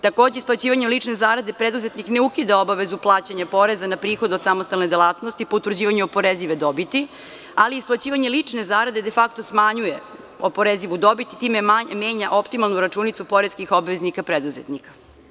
Takođe, isplaćivanjem lične zarade preduzetnik ne ukida obavezu plaćanja poreza na prihod od samostalne delatnosti po utvrđivanju oporezive dobiti, ali isplaćivanje lične zarade, de fakto smanjuje oporezivu dobit i time menja optimalnu računicu poreskih obveznika preduzetnika.